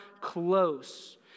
close